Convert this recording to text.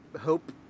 hope